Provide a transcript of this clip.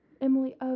Emily